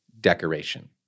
decoration